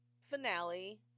finale